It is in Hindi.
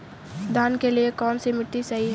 धान के लिए कौन सी मिट्टी सही है?